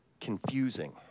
confusing